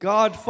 God